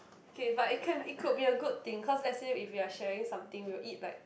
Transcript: okay but it can it could be a good thing cause let's say if we are sharing something we will eat like